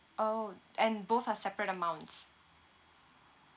orh and both are separate amounts